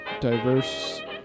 diverse